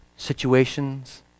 situations